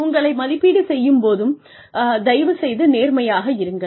உங்களை மதிப்பீடு செய்யும் போது தயவுசெய்து நேர்மையாக இருங்கள்